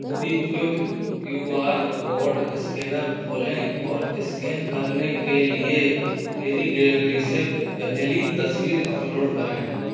MobiKwik Q R code scanner खोलें और scan करने के लिए मेरी गैलरी से पहली तस्वीर अपलोड करें